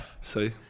See